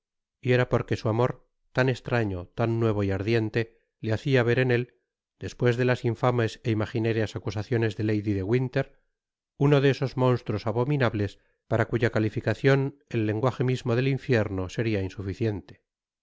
y era porque su amor tan estraño tan nuevo y ardiente le hacia ver en él despues de las infames é imaginarias acusaciones de lady de winter uno de esos monstruos abominables para cuya calificacion el lenguaje mismo del infierno seria insuficiente por